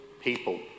people